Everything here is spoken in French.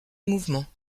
mouvement